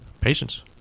Patience